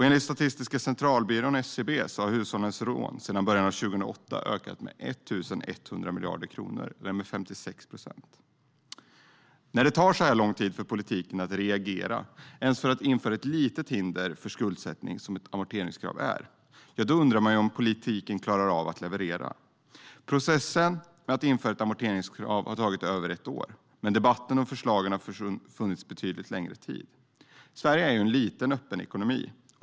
Enligt Statistiska centralbyrån, SCB, har hushållens lån sedan början av 2008 ökat med 1 100 miljarder kronor, eller med 56 procent. När det tar så här lång tid för politiken att reagera och ens införa ett så litet hinder för skuldsättning som ett amorteringskrav är, då undrar man om politiken klarar av att leverera. Processen med att införa ett amorteringskrav har tagit över ett år, men debatten och förslagen har funnits en betydligt längre tid. Sverige är en liten och öppen ekonomi.